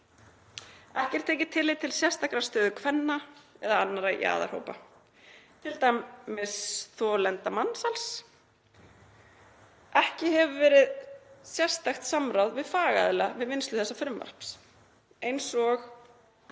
„Ekki er tekið tillit til sérstakrar stöðu kvenna eða annarra jaðarhópa.“ — Til dæmis þolenda mansals. „Ekki hefur verið haft sérstakt samráð við fagaðila við vinnslu þessa frumvarps, eins og